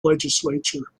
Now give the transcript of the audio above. legislature